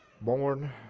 born